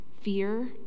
fear